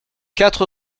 quatre